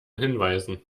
hinweisen